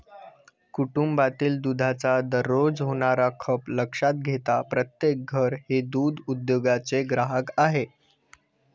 कुटुंबातील दुधाचा दररोज होणारा खप लक्षात घेता प्रत्येक घर हे दूध उद्योगाचे ग्राहक आहे